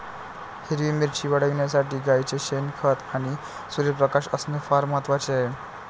हिरवी मिरची वाढविण्यासाठी गाईचे शेण, खत आणि सूर्यप्रकाश असणे फार महत्वाचे आहे